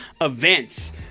events